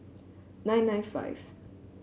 nine nine five